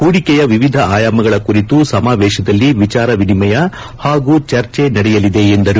ಪೂಡಿಕೆಯ ವಿವಿಧ ಆಯಾಮಗಳ ಕುರಿತು ಸಮಾವೇತದಲ್ಲಿ ವಿಚಾರ ವಿನಿಮಯ ಹಾಗೂ ಚರ್ಚೆ ನಡೆಯಲಿದೆ ಎಂದರು